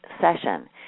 session